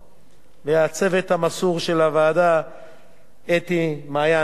ולצוות המסור של הוועדה, אתי, מעיין וענת.